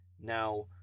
Now